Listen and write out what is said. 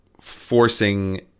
forcing